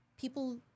people